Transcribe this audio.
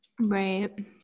Right